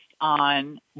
on